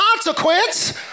consequence